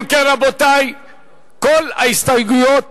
אם כן, רבותי כל ההסתייגויות